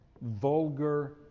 vulgar